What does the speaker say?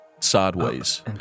sideways